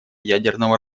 ядерного